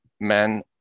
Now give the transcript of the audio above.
men